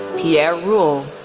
pierre rouaud,